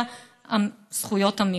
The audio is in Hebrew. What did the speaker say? זכויות המיעוט.